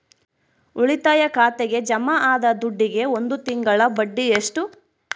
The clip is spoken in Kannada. ಉಳಿತಾಯ ಖಾತೆಗೆ ಜಮಾ ಆದ ದುಡ್ಡಿಗೆ ಒಂದು ತಿಂಗಳ ಬಡ್ಡಿ ಎಷ್ಟು?